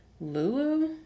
Lulu